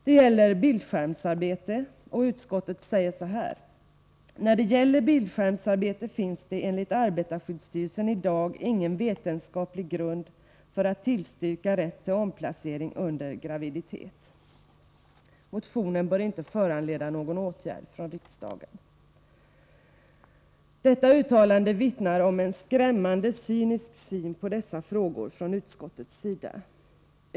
Det gäller bildskärmsarbete, och utskottet säger så här: ”När det gäller bildskärmarbete finns det enligt arbetarskyddsstyrelsen i dag ingen vetenskaplig grund för att tillstyrka rätt till omplacering under graviditet.” Utskottet anser inte att motionen bör föranleda någon åtgärd från riksdagen. Detta uttalande vittnar om en skrämmande cynisk syn på dessa frågor från utskottets sida.